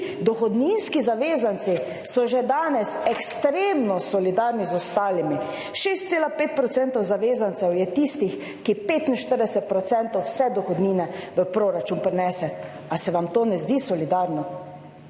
(Nadaljevanje) so že danes ekstremno solidarni z ostalimi. 6,5 % zavezancev je tistih, ki 45 % vse dohodnine v proračun prinese. A se vam to ne zdi solidarno?